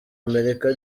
amerika